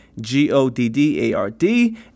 G-O-D-D-A-R-D